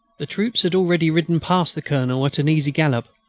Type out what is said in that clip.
the troops had already ridden past the colonel at an easy gallop,